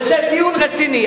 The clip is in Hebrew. וזה טיעון רציני.